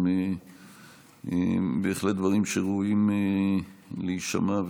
בהחלט דברים שראויים להישמע,